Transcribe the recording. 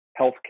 healthcare